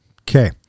Okay